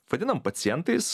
vadinam pacientais